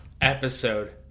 episode